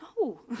No